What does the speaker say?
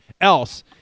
else